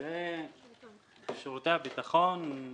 שירותי הביטחון.